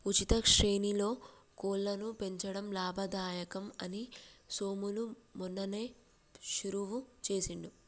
ఉచిత శ్రేణిలో కోళ్లను పెంచడం లాభదాయకం అని సోములు మొన్ననే షురువు చేసిండు